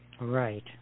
Right